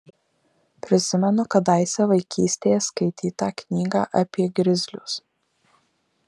prisimenu kadaise vaikystėje skaitytą knygą apie grizlius